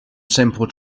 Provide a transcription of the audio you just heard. simple